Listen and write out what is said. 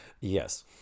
Yes